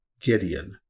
Gideon